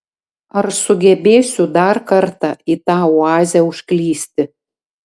ar sugebėsiu dar kartą į tą oazę užklysti